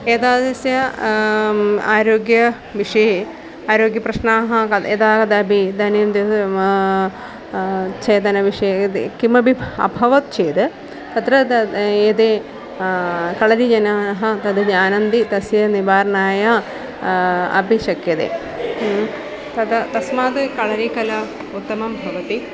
एतादृशस्य आरोग्यविषये आरोग्यप्रश्नाः कला यदा कदापि दनि छेदनविषये किमपि अभवत् चेद् तत्र तद् यदि कळरिजनाः तद् जानन्ति तस्य निवारणाय अपि शक्यते तदा तस्मात् कळरिकला उत्तमं भवति